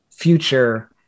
future